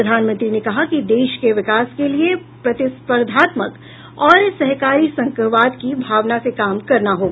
प्रधानमंत्री ने कहा कि देश के विकास के लिए प्रतिस्पर्धात्मक और सहकारी संघवाद की भावना से काम करना होगा